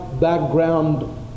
background